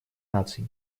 наций